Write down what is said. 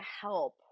help